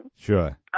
Sure